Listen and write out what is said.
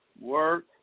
work